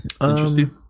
Interesting